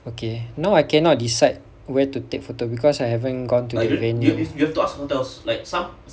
okay now I cannot decide where to take photo because I haven't gone to the venue